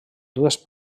dues